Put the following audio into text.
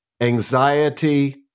anxiety